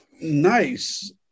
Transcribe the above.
nice